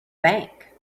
bank